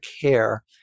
care